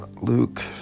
Luke